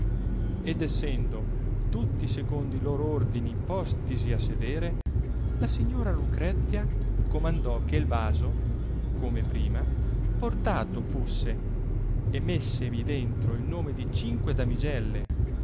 ed essendo tutti secondo i lor ordini postisi a sedere la signora lucrezia comandò che il vaso come prima portato fusse e messevi dentro il nome di cinque damigelle